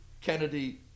Kennedy